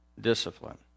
discipline